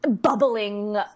bubbling